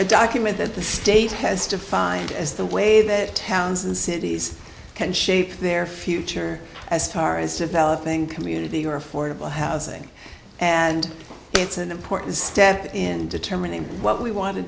a document that the state has defined as the way that towns and cities can shape their future as tar is developing community or affordable housing and it's an important step in determining what we want to